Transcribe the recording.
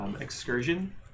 excursion